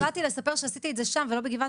אני פשוט באתי לספר שעשיתי את זה שם ולא בגבעת